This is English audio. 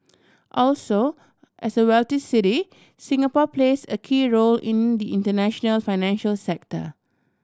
also as a wealthy city Singapore plays a key role in the international financial sector